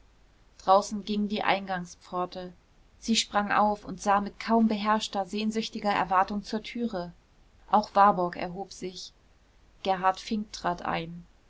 draußen ging die eingangspforte sie sprang auf und sah mit kaum beherrschter sehnsüchtiger erwartung zur türe auch warburg erhob sich gerhard fink trat ein